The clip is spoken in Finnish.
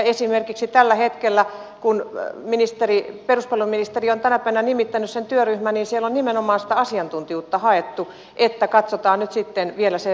esimerkiksi tällä hetkellä kun peruspalveluministeri on tänä päivänä nimittänyt sen työryhmän siellä on nimenomaan sitä asiantuntijuutta haettu niin että katsotaan nyt sitten vielä se lakikin